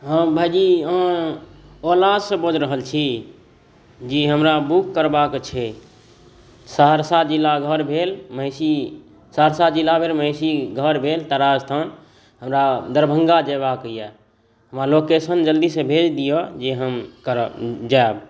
हम भाइजी अहाॅं ओलासँ बाजि रहल छी जी हमरा बुक करबाक छै सहरसा जिला घर भेल महिषी सहरसा जिलामे महिषी घर भेल तारा स्थान हमरा दरभंगा जयबाक अछि हमरा लोकेशन जल्दीसॅं भेज दिअ जे हम जायब